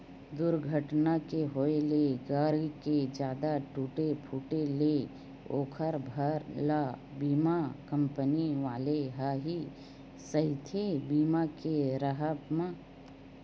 दूरघटना के होय ले गाड़ी के जादा टूटे फूटे ले ओखर भार ल बीमा कंपनी वाले ह ही सहिथे बीमा के राहब म